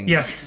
Yes